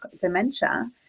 dementia